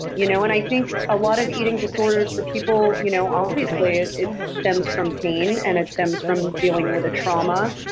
you know and i think a lot of eating disorders for people, you know obviously it it stems from pain and it stems from dealing with a trauma.